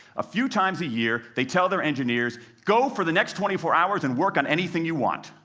a few times a year they tell their engineers, go for the next twenty four hours and work on anything you want,